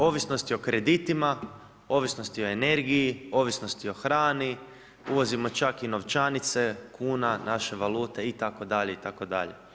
Ovisnosti o kreditima, ovisnosti o energiji, ovisnosti o hrani, uvozimo čak i novčanice kuna naše valute itd., itd.